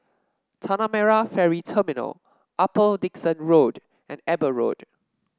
Tanah Merah Ferry Terminal Upper Dickson Road and Eber Road